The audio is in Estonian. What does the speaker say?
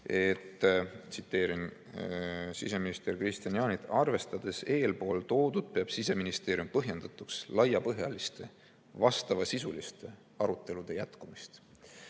tsiteerin siseminister Kristian Jaanit: "Arvestades eelpool toodut, peab Siseministeerium põhjendatuks laiapõhjaliste vastavasisuliste arutelude jätkumist."